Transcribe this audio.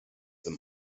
them